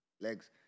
Legs